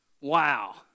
Wow